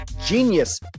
genius